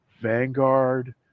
Vanguard